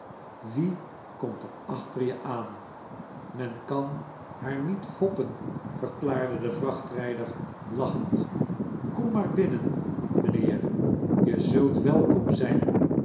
wie k omt er achter je aan men kan haar niet foppen verklaarde de vrachtrijder lachend kom maar binnen mijnheer je zult welkom zijn